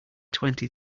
twenty